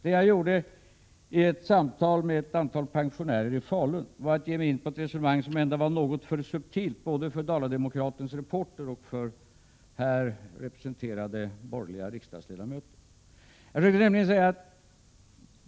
Vad jag gjorde vid ett samtal med några pensionärer i Falun var att ge mig in i ett resonemang som var något för subtilt både för Dala-Demokratens reporter och för här representerade borgerliga riksdagsledamöter.